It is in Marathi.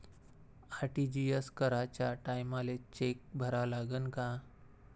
आर.टी.जी.एस कराच्या टायमाले चेक भरा लागन का?